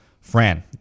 Fran